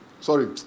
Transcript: sorry